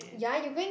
ya you bring